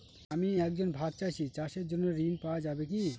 আমি একজন ভাগ চাষি চাষের জন্য ঋণ পাওয়া যাবে কি?